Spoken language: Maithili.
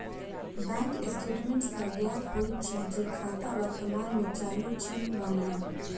बैंक स्टेटमेंट सॅ ज्ञात होइत अछि जे खाता वर्तमान मे चालू अछि वा नै